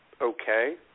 okay